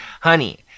honey